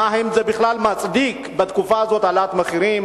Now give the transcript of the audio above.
אם זה בכלל מצדיק להעלות מחירים